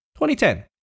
2010